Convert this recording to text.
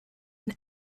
and